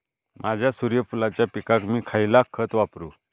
माझ्या सूर्यफुलाच्या पिकाक मी खयला खत वापरू?